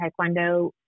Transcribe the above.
taekwondo